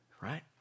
right